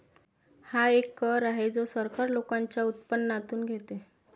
हा एक कर आहे जो सरकार लोकांच्या उत्पन्नातून घेते